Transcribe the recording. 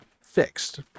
fixed